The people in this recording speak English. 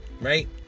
right